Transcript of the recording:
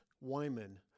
Wyman